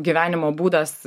gyvenimo būdas